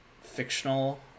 fictional